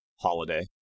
holiday